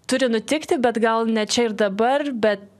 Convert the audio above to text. turi nutikti bet gal ne čia ir dabar bet